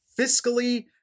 fiscally